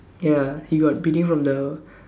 ya he got beating from the